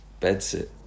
bedsit